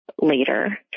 later